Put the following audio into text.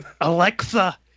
Alexa